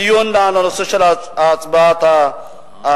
הדיון על הנושא של הצעת האי-אמון.